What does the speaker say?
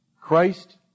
Christ